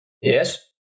Yes